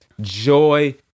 Joy